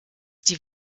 die